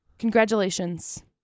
Congratulations